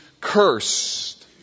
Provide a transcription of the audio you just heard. cursed